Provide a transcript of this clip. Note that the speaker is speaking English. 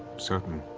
certain.